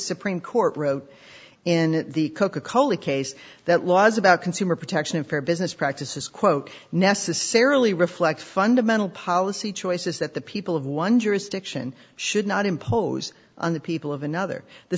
supreme court wrote in the coca cola case that laws about consumer protection unfair business practices quote necessarily reflect fundamental policy choices that the people of one jurisdiction should not impose on the people of another the